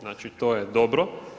Znači to je dobro.